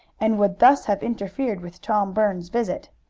and would thus have interfered with tom burns's visit.